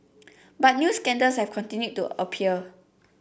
but new scandals have continued to appear